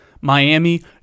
Miami